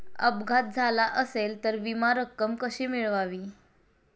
अपघात झाला असेल तर विमा रक्कम कशी मिळवावी?